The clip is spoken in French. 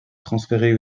transférer